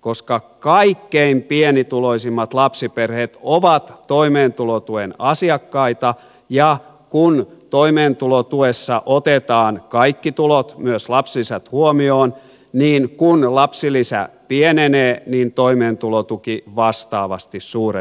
koska kaikkein pienituloisimmat lapsiperheet ovat toimeentulotuen asiakkaita ja kun toimeentulotuessa otetaan kaikki tulot myös lapsilisät huomioon niin kun lapsilisä pienenee toimeentulotuki vastaavasti suurenee